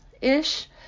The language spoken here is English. ish